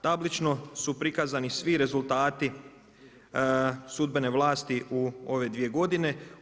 Tablično su prikazani svi rezultati sudbene vlasti u ove 2 godine.